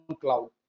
cloud